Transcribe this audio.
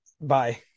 bye